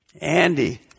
Andy